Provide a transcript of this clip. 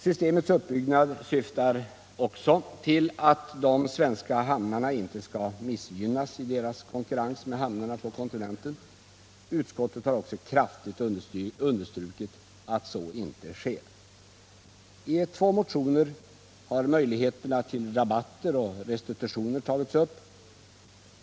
Systemets uppbyggnad syftar till att de svenska hamnarna inte skall missgynnas i konkurrensen med hamnarna på kontinenten. Utskottet har också kraftigt understrukit att så inte sker. I två motioner har möjligheterna till rabatter och restitutioner tagits upp.